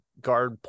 guard